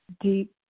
deep